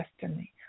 destiny